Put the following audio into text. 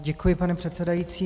Děkuji, pane předsedající.